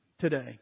today